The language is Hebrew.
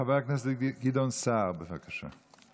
חבר הכנסת גדעון סער, בבקשה.